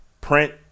print